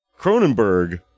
Cronenberg